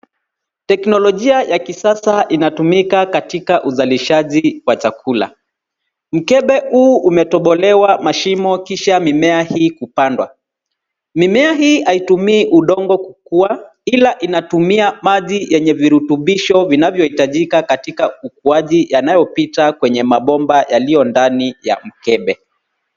Teknolojia ya kisasa inatumika katika uzalishaji wa chakula. Mkebe huu umetobolewa masomo kisha mimea hii kupandwa. Mimea hii haitumii udongo kukua ila inatumia maji yenye virutubisho vinavyoitajika katika ukuaji yanayopita kwenye mabomba yaliyo ndani ya mikebe.